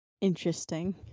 interesting